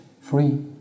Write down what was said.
free